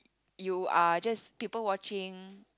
you are just people watching